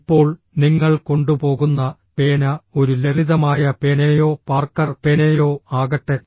ഇപ്പോൾ നിങ്ങൾ കൊണ്ടുപോകുന്ന പേന ഒരു ലളിതമായ പേനയോ പാർക്കർ പേനയോ ആകട്ടെ